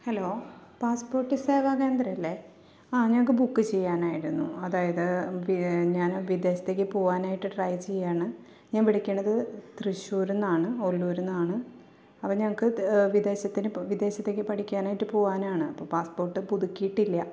hello passport സേവാകേന്ദ്രമല്ലേ ആ ഞങ്ങള്ക്ക് ബുക്ക് ചെയ്യാനായിരുന്നു അതായത് ഞാന് വിദേശത്തേക്ക് പോകാനായിട്ട് ട്രൈ ചെയ്യുകയാണ് ഞാൻ വിളിക്കുന്നത് തൃശൂർന്നാണ് ഒല്ലൂർന്നാണ് അപ്പോള് ഞങ്ങള്ക്ക് വിദേശത്തിന് വിദേശത്തേക്ക് പഠിക്കാനായിട്ട് പോവാനാണ് അപ്പോള് പാസ്പോർട്ട് പുതുക്കിയിട്ടില്ല